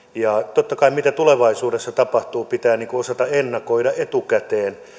totta kai se mitä tulevaisuudessa tapahtuu pitää osata ennakoida etukäteen